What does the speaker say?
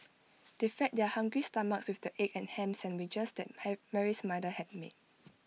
they fed their hungry stomachs with the egg and Ham Sandwiches that Mary's mother had made